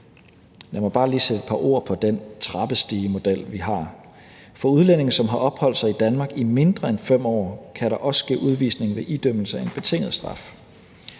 bare lige sætte et par ord på den trappestigemodel, vi har. For udlændinge, som har opholdt sig i Danmark i mindre end 5 år, kan der også ske udvisning ved idømmelse af en betinget straf.